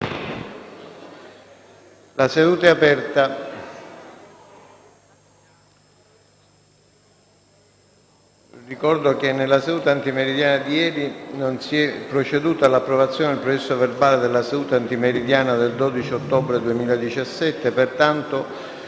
La seduta è aperta *(ore 11).* Ricordo che nella seduta antimeridiana di ieri non si è proceduto all'approvazione del processo verbale della seduta antimeridiana del 12 ottobre 2017. Pertanto,